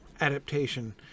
adaptation